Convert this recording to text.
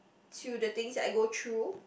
to the things that I go through